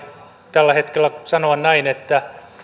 tällä hetkellä sanoa näin että